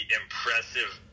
impressive